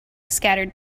scattered